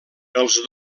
els